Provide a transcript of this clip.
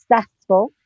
successful